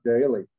daily